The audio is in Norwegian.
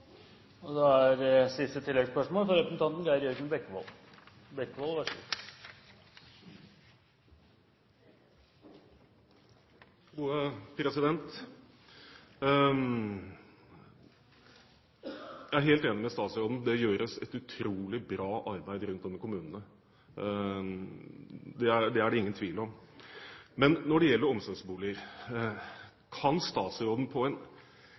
det gjøres et utrolig bra arbeid rundt om i kommunene. Det er det ingen tvil om. Men når det gjelder omsorgsboliger: Kan statsråden på en